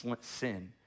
sin